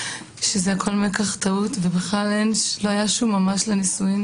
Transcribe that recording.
שהכל "מקח טעות" ובכלל לא היה ממש בנישואים